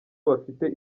bafite